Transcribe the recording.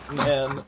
man